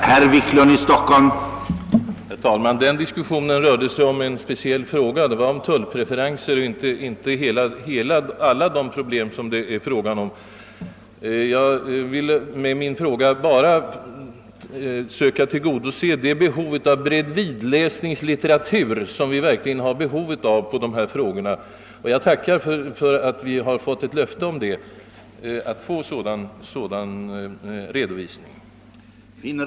Herr talman! Den diskussion som fördes i förrgår gällde ju en speciell fråga, nämligen tullpreferenser till u-länderna, och inte alla de problem som det här är fråga om. Jag ville med min fråga bara en sak: att söka tillgodose det behov av bredvidläsningslitteratur som vi verkligen anser angelägen i dessa frågor, och jag tackar för att vi har fått ett löfte om den åsyftade redovisningen.